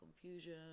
confusion